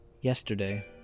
Yesterday